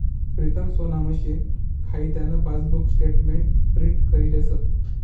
प्रीतम सोना मशीन खाई त्यान पासबुक स्टेटमेंट प्रिंट करी लेस